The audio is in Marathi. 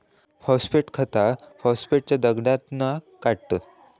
फॉस्फेट खतांका फॉस्फेटच्या दगडातना काढतत